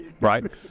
right